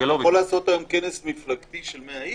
אתה יכול לעשות היום כנס מפלגתי של 100 איש?